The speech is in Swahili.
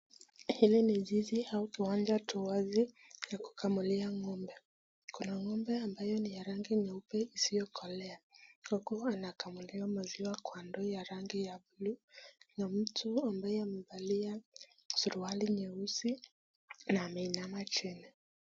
Hili ni zizi au uwanja tu wazi la kukamulia ng'ombe. Kuna ng'ombe ambayo ni ya rangi nyeupe isiyokolea huku anakamuliwa maziwa kwa ndoo ya rangi ya blue na mtu ambaye amevalia suruali nyeusi na ameinama chini.